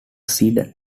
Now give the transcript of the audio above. sedan